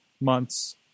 months